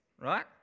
right